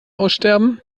aussterben